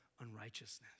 unrighteousness